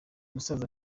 musaza